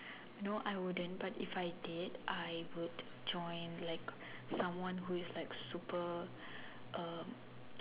no I wouldn't but if I did I would join like someone who is super um